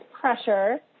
pressure